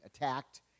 attacked